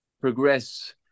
progress